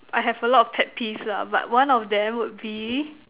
I have a lot of pet peeves lah but one of them would be